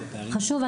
וזה חשוב.